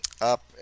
up